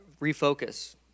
refocus